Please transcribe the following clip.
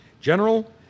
General